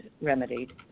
remedied